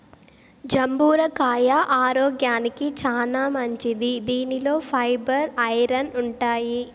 జంబూర కాయ ఆరోగ్యానికి చానా మంచిది దీనిలో ఫైబర్, ఐరన్ ఉంటాయి